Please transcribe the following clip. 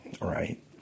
right